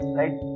right